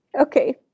Okay